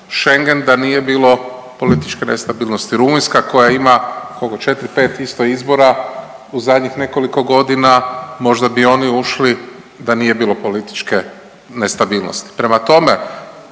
da nije bilo političke nestabilnosti. Rumunjska koja ima koliko 4-5 isto izbora u zadnjih nekoliko godina, možda bi oni ušli da nije bilo političke nestabilnosti. Prema tome,